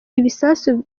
ibisasu